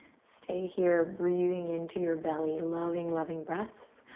stay here. breathing into your belly loving, loving breaths.